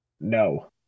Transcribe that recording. No